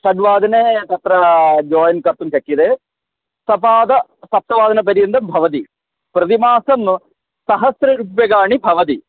षड्वादने तत्र जोयिन् कर्तुं शक्यते सपाद सप्तवादनपर्यन्तं भवति प्रतिमासं सहस्ररूप्यकाणि भवति